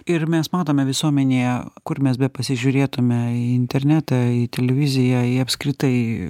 ir mes matome visuomenėje kur mes bepasižiūrėtumėme į internetą televiziją ji apskritai